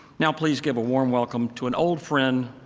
now please give a warm welcome to an old friend,